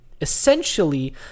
essentially